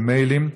במיילים,